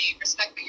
respect